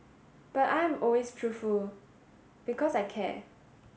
but I am always truthful because I care